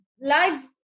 Life